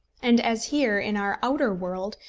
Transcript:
and, as here, in our outer world,